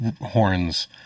horns